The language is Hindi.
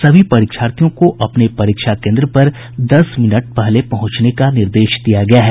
सभी परीक्षार्थियों को अपने परीक्षा केंद्र पर दस मिनट पहले पहुंचने का निर्देश दिया गया है